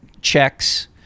checks